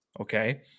Okay